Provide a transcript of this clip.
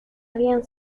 habían